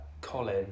Colin